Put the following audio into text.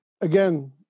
Again